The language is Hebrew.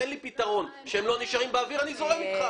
תן לי פתרון שהם לא נשארים באוויר, אני זורם אתך.